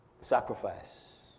Sacrifice